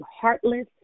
heartless